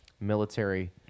military